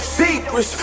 secrets